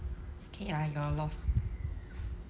okay lah your loss